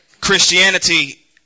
Christianity